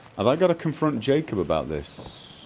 have i got to confront jacob about this?